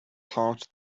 heart